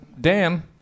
Dan